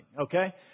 okay